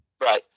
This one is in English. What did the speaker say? Right